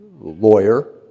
lawyer